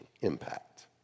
impact